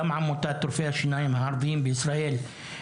גם עמותת רופאי השיניים הערביים בישראל,